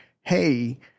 hey